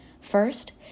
First